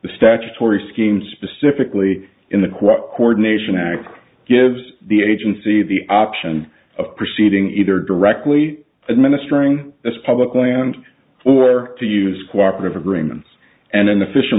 the statutory scheme specifically in the co ordination act gives the agency the option of proceeding either directly administering this public land or to use co operative agreements and an official